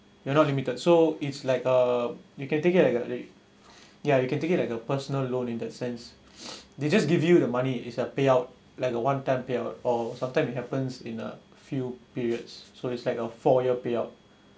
you're not limited so it's like uh you can take it like ya you can take it like a personal loan in that sense they just give you the money is a payout like a one time payout or sometimes it happens in a few periods so it's like a four year payout